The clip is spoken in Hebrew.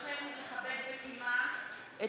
ואני מתכבד לפתוח את מושב הכנסת